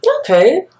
Okay